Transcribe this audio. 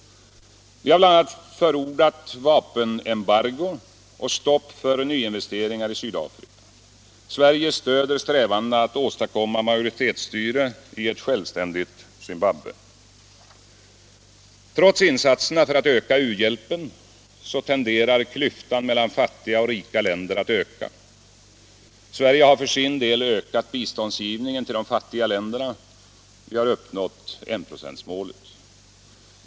Vi har bl.a. förordat vapenembargo och stopp för nyinvesteringar i Sydafrika. Sverige stöder strävandena att åstadkomma majoritetsstyre i ett självständigt Zimbabwe. Trots insatserna för att öka u-hjälpen tenderar klyftan mellan fattiga och rika länder att öka. Sverige har för sin del ökat biståndsgivningen till de fattiga länderna och uppnått enprocentsmålet.